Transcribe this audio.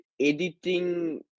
editing